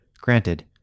Granted